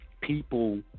People